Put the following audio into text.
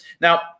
Now